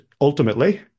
ultimately